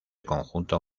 conjunto